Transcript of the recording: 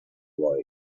boy